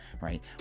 right